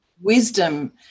wisdom